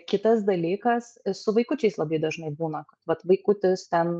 kitas dalykas su vaikučiais labai dažnai būna kad vat vaikutis ten